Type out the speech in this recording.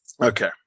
Okay